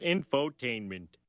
Infotainment